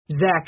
Zach